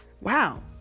Wow